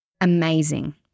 amazing